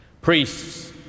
Priests